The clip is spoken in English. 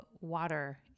water